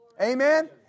Amen